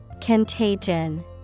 Contagion